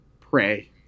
pray